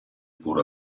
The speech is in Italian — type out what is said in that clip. pur